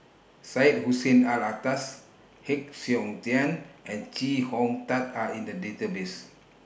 Syed Hussein Alatas Heng Siok Tian and Chee Hong Tat Are in The Database